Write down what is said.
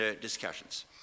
discussions